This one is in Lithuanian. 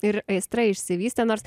ir aistra išsivystė nors